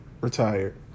retired